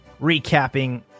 recapping